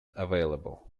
available